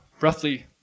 Roughly